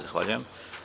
Zahvaljujem.